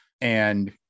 And-